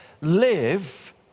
live